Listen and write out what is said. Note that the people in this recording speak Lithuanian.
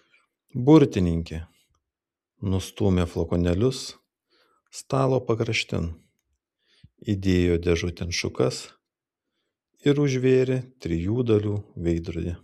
burtininkė nustūmė flakonėlius stalo pakraštin įdėjo dėžutėn šukas ir užvėrė trijų dalių veidrodį